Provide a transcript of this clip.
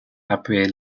après